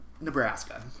Nebraska